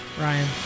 Ryan